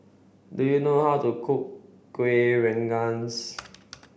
do you know how to cook Kuih Rengas